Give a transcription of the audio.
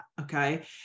Okay